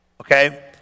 okay